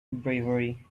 bravery